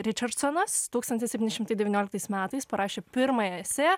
ričersonas tūkstantis septyni šimtai devynioliktais metais parašė pirmąją esė